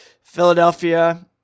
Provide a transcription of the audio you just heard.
Philadelphia